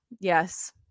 Yes